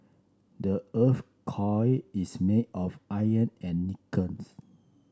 the earth's core is made of iron and nickels